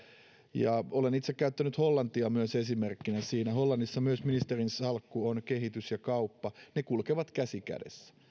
ja olen itse käyttänyt hollantia esimerkkinä siinä myös hollannissa ministerinsalkku on kehitys ja kauppa ne kulkevat käsi kädessä